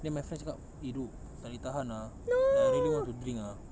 then my friend cakap eh dok tak boleh tahan ah I really want to drink ah